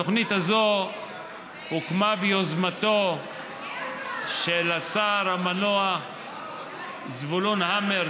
התוכנית הזו הוקמה ביוזמתו של השר המנוח זבולון המר,